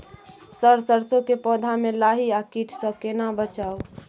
Sir सरसो के पौधा में लाही आ कीट स केना बचाऊ?